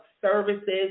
services